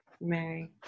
mary